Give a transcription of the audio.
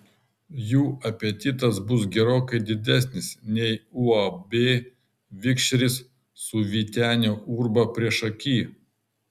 jų apetitas bus gerokai didesnis nei uab vikšris su vyteniu urba priešaky